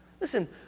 Listen